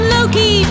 Loki